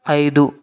ఐదు